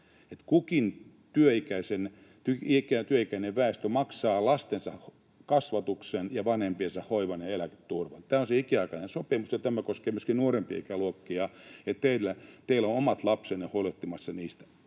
kukin työikäinen väestö maksaa lastensa kasvatuksen ja vanhempiensa hoivan ja eläketurvan. Tämä on se ikiaikainen sopimus, ja tämä koskee myöskin nuorempia ikäluokkia. Teillä on omat lapsenne huolehtimassa niistä.